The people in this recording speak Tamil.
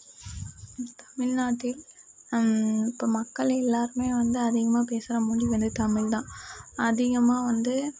தமிழ்நாட்டில் இப்போ மக்கள் எல்லாருமே வந்து அதிகமாக பேசுகிற மொழி வந்து தமிழ் தான் அதிகமாக வந்து